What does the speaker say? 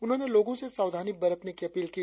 उन्होंने लोगों से सावधानी बरतने की अपील की